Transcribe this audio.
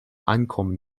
einkommen